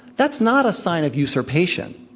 that's not a sign of usurpation,